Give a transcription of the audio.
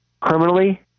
criminally